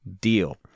deal